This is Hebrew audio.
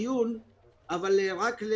טוב שיקבל מענק מוגדל שיש בו יותר כסף